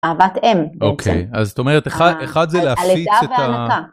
אהבת אם. אוקיי, אז זאת אומרת, אחד זה להפיץ את ה...